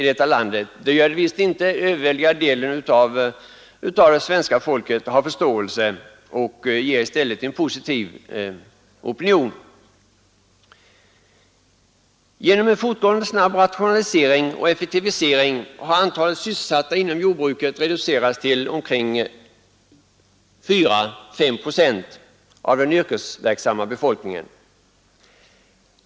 Det gäller visst inte den överväldigande delen av det svenska folket, för den har förståelse och har i stället en positiv inställning. Genom en fortgående snabb rationalisering och effektivisering har antalet sysselsatta inom jordbruket reducerats till omkring 4—5 procent av den yrkesverksamma befolkningen.